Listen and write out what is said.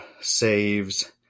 saves